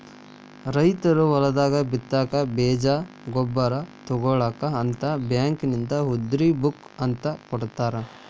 ರೈತರು ಹೊಲದಾಗ ಬಿತ್ತಾಕ ಬೇಜ ಗೊಬ್ಬರ ತುಗೋಳಾಕ ಅಂತ ಬ್ಯಾಂಕಿನಿಂದ ಉದ್ರಿ ಬುಕ್ ಅಂತ ಕೊಡತಾರ